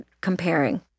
comparing